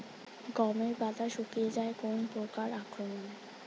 গমের পাতা শুকিয়ে যায় কোন পোকার আক্রমনে?